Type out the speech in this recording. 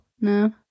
No